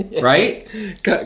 Right